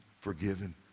forgiven